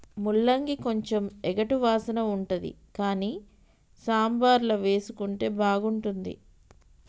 ముల్లంగి కొంచెం ఎగటు వాసన ఉంటది కానీ సాంబార్ల వేసుకుంటే బాగుంటుంది